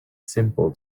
simple